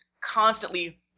constantly